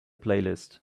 playlist